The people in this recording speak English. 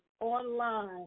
online